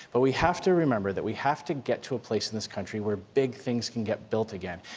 but we have to remember that we have to get to a place in this country where big things can get built again.